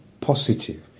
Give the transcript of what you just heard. positive